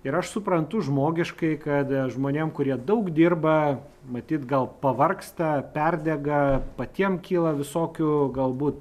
ir aš suprantu žmogiškai kad žmonėms kurie daug dirba matyt gal pavargsta perdega patiems kyla visokių galbūt